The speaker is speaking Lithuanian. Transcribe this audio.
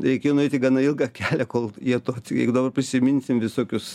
reikėjo nueiti gana ilgą kelią kol jie atvykdavo prisiminsim visokius